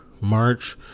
March